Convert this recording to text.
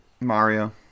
Mario